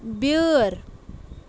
بیٛٲر